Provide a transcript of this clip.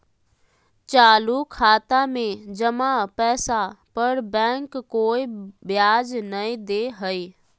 चालू खाता में जमा पैसा पर बैंक कोय ब्याज नय दे हइ